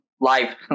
live